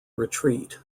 retreat